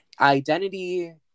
identity